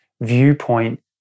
viewpoint